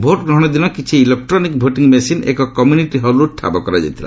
ଭୋଟ୍ଗ୍ରହଣ ଦିନ କିଛି ଇଲେକ୍ଟ୍ରୋନିକ୍ ଭୋଟିଂ ମେସିନ୍ ଏକ କମ୍ୟୁନିଟି ହଲ୍ରୁ ଠାବ କରାଯାଇଥିଲା